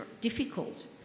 difficult